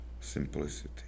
simplicity